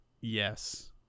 Yes